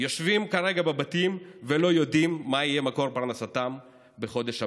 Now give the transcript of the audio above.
יושבים כרגע בבתים ולא יודעים מה יהיה מקור פרנסתם בחודש הבא,